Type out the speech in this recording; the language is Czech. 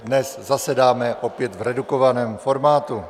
Dnes zasedáme opět v redukovaném formátu.